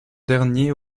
dernier